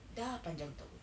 dah panjang tahun